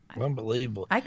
unbelievable